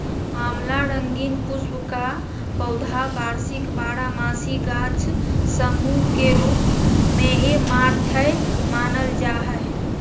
आँवला रंगीन पुष्प का पौधा वार्षिक बारहमासी गाछ सामूह के रूप मेऐमारैंथमानल जा हइ